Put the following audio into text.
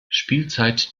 spielzeit